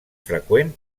freqüent